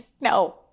No